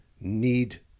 need